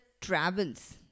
travels